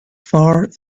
far